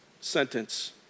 sentence